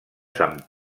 sant